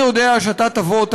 אני יודע שאתה תבוא,